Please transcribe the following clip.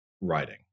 writing